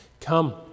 Come